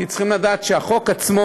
כי צריכים לדעת שהחוק עצמו,